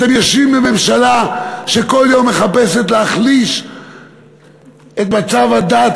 אתם יושבים בממשלה שכל יום מחפשת להחליש את מצב הדת,